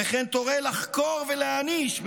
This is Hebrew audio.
וכן תורה לחקור ולהעניש,